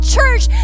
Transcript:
Church